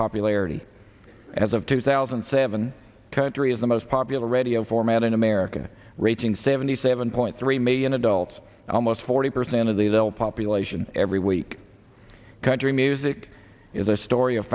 popularity as of two thousand and seven country is the most popular radio format in america reaching seventy seven point three million adults almost forty percent of the little population every week country music is a story of